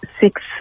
six